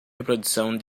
reprodução